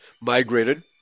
migrated